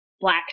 black